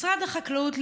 משרד החקלאות,